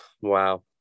Wow